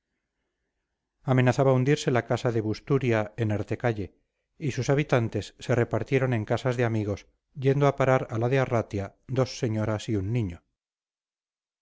amenazaba hundirse la casa de busturia en artecalle y sus habitantes se repartieron en casas de amigos yendo a parar a la de arratia dos señoras y un niño